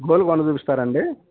Golconda చూపిస్తారాండి